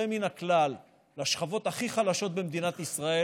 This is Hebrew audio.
מן הכלל לשכבות הכי חלשות במדינת ישראל.